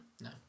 no